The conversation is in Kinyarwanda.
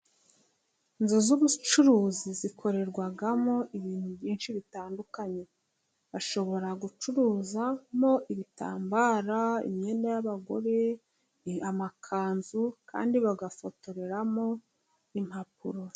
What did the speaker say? Inzu z'ubucuruzi zikorerwamo ibintu byinshi bitandukanye， bashobora gucuruzamo ibitambara， imyenda y'abagore，amakanzu， kandi bagafotoreramo impapuro.